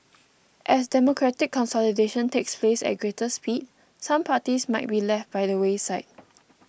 as democratic consolidation takes place at greater speed some parties might be left by the wayside